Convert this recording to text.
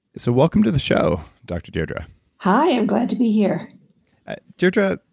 so welcome to the show, dr. deirdre hi, i'm glad to be here deirdre,